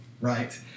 right